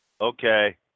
Okay